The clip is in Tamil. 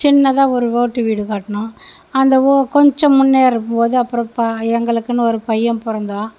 சின்னதாக ஒரு ஓட்டு வீடு கட்டுனோம் அந்த கொஞ்சம் முன்னேறும்போது அப்புறம் எங்களுக்குன்னு ஒரு பையன் பிறந்தான்